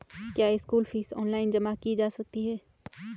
क्या school fees online जमा की जा सकती है?